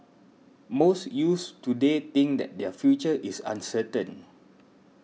most youths today think that their future is uncertain